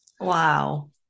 Wow